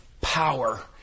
power